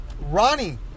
Ronnie